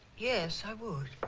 yes i would